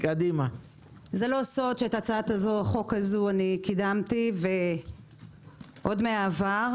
זה לא סוד שאת הצעת החוק הזו קידמתי עוד בעבר,